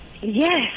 yes